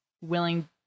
willing